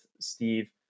Steve